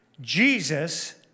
Jesus